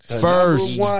First